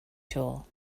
tool